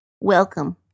Welcome